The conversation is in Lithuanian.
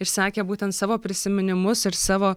išsakė būtent savo prisiminimus ir savo